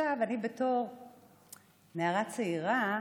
אני, כשהייתי נערה צעירה,